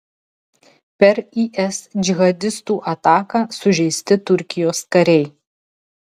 per is džihadistų ataką sužeisti turkijos kariai